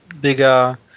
bigger